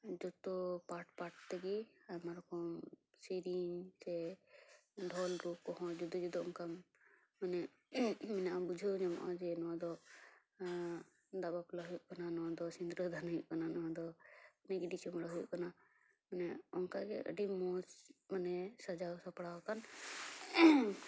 ᱡᱚᱛᱚ ᱠᱚ ᱯᱟᱴ ᱯᱟᱴ ᱛᱮᱜᱤ ᱟᱭᱢᱟ ᱨᱚᱠᱚᱢ ᱥᱮᱨᱮᱧ ᱥᱮ ᱰᱷᱳᱞ ᱨᱩ ᱠᱚᱦᱚ ᱡᱩᱫᱟᱹ ᱡᱩᱫᱟᱹ ᱚᱱᱠᱟ ᱢᱟᱱᱮ ᱢᱤᱱᱟᱜᱼᱟ ᱵᱩᱡᱷᱟᱹᱣ ᱧᱟᱢᱚᱜᱼᱟ ᱡᱮ ᱱᱚᱣᱟ ᱫᱚ ᱫᱟᱜ ᱵᱟᱯᱞᱟ ᱦᱩᱭᱩᱜ ᱠᱟᱱᱟ ᱱᱚᱣᱟ ᱫᱚ ᱥᱤᱱᱫᱨᱟᱹ ᱫᱷᱟᱱ ᱦᱩᱭᱩᱜ ᱠᱟᱱᱟ ᱱᱚᱣᱟ ᱫᱚ ᱜᱤᱰᱤ ᱪᱩᱵᱳᱲᱟ ᱦᱩᱭᱩᱜ ᱠᱟᱱᱟ ᱚᱱᱮ ᱚᱱᱠᱟᱜᱮ ᱟᱹᱰᱤ ᱢᱚᱡᱽ ᱢᱟᱱᱮ ᱥᱟᱡᱟᱣ ᱥᱟᱯᱲᱟᱣ ᱟᱠᱟᱱ